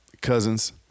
cousins